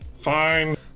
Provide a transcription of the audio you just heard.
Fine